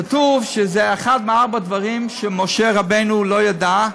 כתוב שזה אחד מארבעה דברים שמשה רבנו לא ידע,